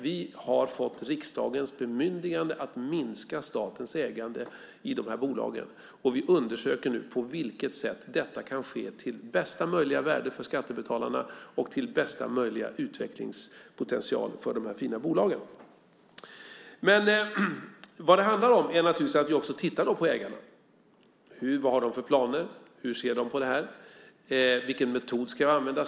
Vi har fått riksdagens bemyndigande att minska statens ägande i de här bolagen, och vi undersöker nu på vilket sätt detta kan ske för bästa möjliga värde för skattebetalarna och för bästa möjliga utvecklingspotential för de här fina bolagen. Vad det handlar om är naturligtvis att vi också tittar på ägarna. Vad har de för planer? Hur ser de på det här? Vilken metod ska användas?